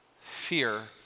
fear